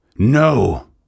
No